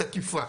תקיפה,